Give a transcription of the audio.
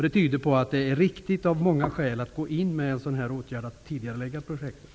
Det tyder på att det av många skäl är riktigt att tidigarelägga projektet.